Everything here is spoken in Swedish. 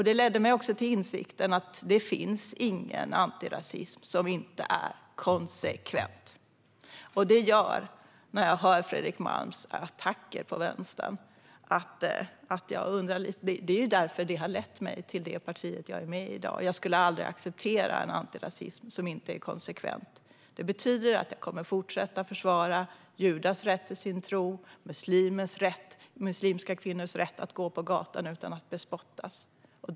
Detta ledde mig också till insikten om att det inte finns någon antirasism om den inte är konsekvent. Det gör att jag undrar lite när jag hör Fredrik Malms attacker på vänstern. Det här är ju vad som har lett mig till det parti som jag är med i i dag. Jag skulle aldrig acceptera en antirasism som inte är konsekvent. Det betyder att jag kommer att fortsätta försvara judars rätt till sin tro och muslimska kvinnors rätt att gå på en gata utan att bespottas.